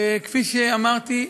כפי שאמרתי,